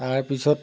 তাৰপিছত